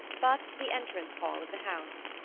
but to the entrance hall of the house.